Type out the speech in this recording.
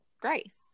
Grace